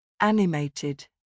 Animated